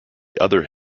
other